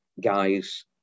guys